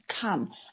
come